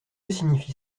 signifie